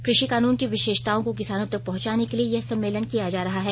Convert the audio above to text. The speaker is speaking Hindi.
कृषि कानून की विशेषताओं को किसानों तक पहुंचाने के लिए यह सम्मेलन किया जा रहा है